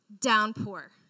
downpour